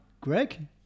Greg